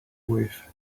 with